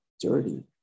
dirty